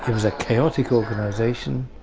and was a chaotic organization.